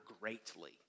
greatly